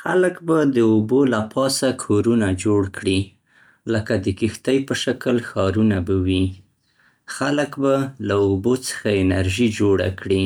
خلک به د اوبو له پاسه کورونه جوړ کړي. لکه د کښتۍ په شکل ښارونه به وي. خلک به له اوبو څخه انرژي جوړه کړي.